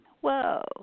whoa